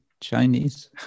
Chinese